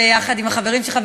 יחד עם החברים שלך,